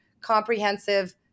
comprehensive